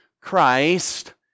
Christ